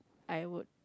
I would